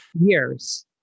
Years